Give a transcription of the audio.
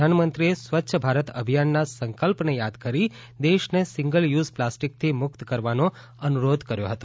પ્રધાનમંત્રીએ સ્વચ્છ ભારત અભિયાનના સંકલ્પને યાદ કરી દેશને સિંગલ યુઝ પ્લાસ્ટિકથી મુક્ત કરવાનો અનુરોધ કર્યો હતો